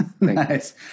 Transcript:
nice